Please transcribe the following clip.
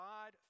God